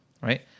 right